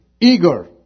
eager